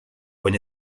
when